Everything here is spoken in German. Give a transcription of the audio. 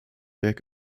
werk